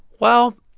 well,